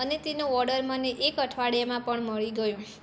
અને તેનો ઓડર મને એક અઠવાડિયામાં પણ મળી ગયો